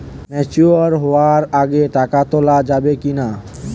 Mature হওয়ার আগে টাকা তোলা যাবে কিনা?